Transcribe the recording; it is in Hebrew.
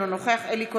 אינו נוכח אלי כהן,